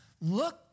look